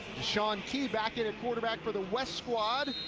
de'shawn key back in at quarterback for the west squad.